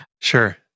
Sure